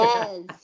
Yes